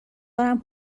دارم